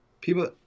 People